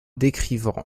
décrivant